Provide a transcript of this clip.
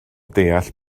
deall